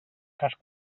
cas